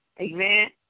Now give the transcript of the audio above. Amen